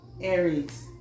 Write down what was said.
Aries